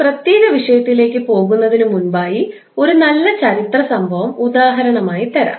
ഈ പ്രത്യേക വിഷയത്തിലേക്ക് പോകുന്നതിനു മുൻപായി ഒരു നല്ല ചരിത്ര സംഭവം ഉദാഹരണമായി തരാം